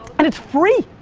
and it's free.